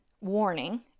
warning